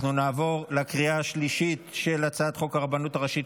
אנחנו נעבור לקריאה השלישית של הצעת חוק הרבנות הראשית